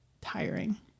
tiring